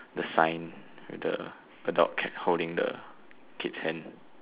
the sign with the the dog holding the kid's hand